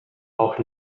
auch